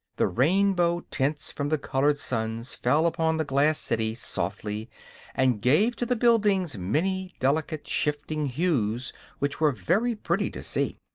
the rainbow tints from the colored suns fell upon the glass city softly and gave to the buildings many delicate, shifting hues which were very pretty to see.